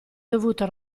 dovuto